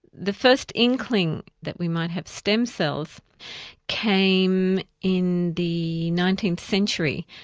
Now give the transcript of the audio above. the first inkling that we might have stem cells came in the nineteenth century.